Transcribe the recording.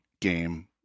game